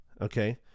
okay